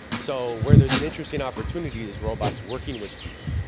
so where there is an interesting opportunity is robots working with people,